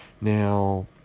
Now